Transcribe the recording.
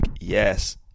yes